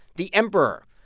the emperor.